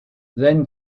then